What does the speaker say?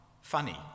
funny